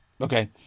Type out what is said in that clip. Okay